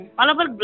Malabar